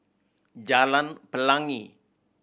Jalan Pelangi